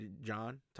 John